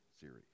series